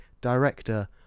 director